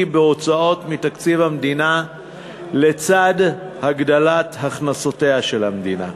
בהוצאות מתקציב המדינה לצד הגדלת הכנסותיה של המדינה.